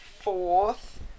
fourth